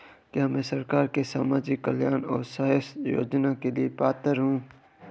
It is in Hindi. क्या मैं सरकार के सामाजिक कल्याण और स्वास्थ्य योजना के लिए पात्र हूं?